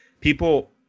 people –